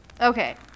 Okay